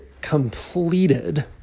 completed